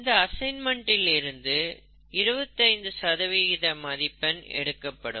இந்த அசைன்மென்ட் இல் இருந்து 25 மதிப்பெண் எடுக்கப்படும்